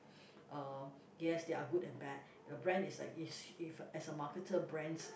um yes there are good and bad the brand is like it's as a marketer brands